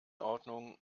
ordnung